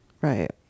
Right